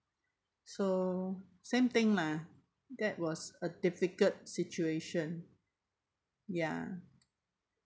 so same thing lah that was a difficult situation ya